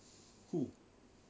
who